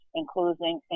including